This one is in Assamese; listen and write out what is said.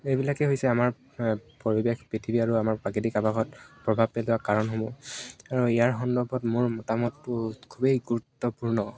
এইবিলাকেই হৈছে আমাৰ পৰিৱেশ পৃথিৱী আৰু আমাৰ প্ৰাকৃতিক আৱাসত প্ৰভাৱ পেলোৱা কাৰণসমূহ আৰু ইয়াৰ সন্দৰ্ভত মোৰ মতামতো খুবেই গুৰুত্বপূৰ্ণ